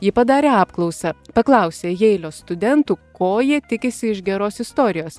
ji padarė apklausą paklausė jeilio studentų ko jie tikisi iš geros istorijos